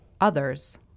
Others